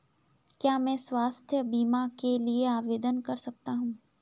क्या मैं स्वास्थ्य बीमा के लिए आवेदन कर सकता हूँ?